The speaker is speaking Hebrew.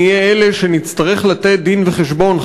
נהיה אלה שנצטרך לתת דין וחשבון,